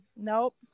nope